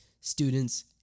students